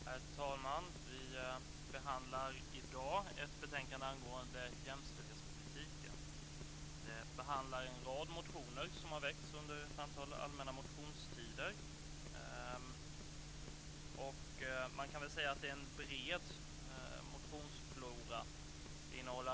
Herr talman! Vi behandlar i dag ett betänkande om jämställdhetspolitiken. Det innehåller en rad motioner som har väckts under ett antal allmänna motionstider. Man kan väl säga att det är en bred motionsflora.